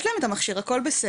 יש להם את המכשיר, הכל בסדר.